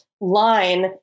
line